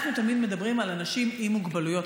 אנחנו תמיד מדברים על אנשים עם מוגבלויות,